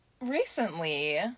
recently